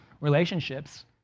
relationships